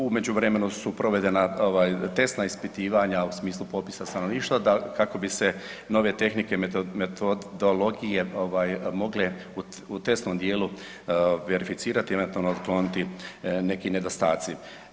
U međuvremenu su provedena ovaj testna ispitivanja u smislu popisa stanovništva kako bi se nove tehnike metodologije ovaj mogle u testnom dijelu verificirati i eventualno otkloniti neki nedostaci.